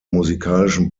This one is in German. musikalischen